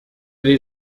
les